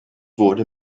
wurde